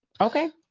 okay